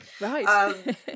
right